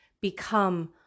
become